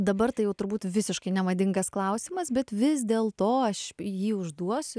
dabar tai jau turbūt visiškai nemadingas klausimas bet vis dėl to aš jį užduosiu